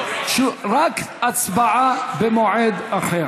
רק הצבעה במועד אחר.